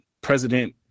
president